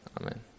Amen